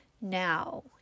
Now